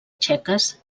txeques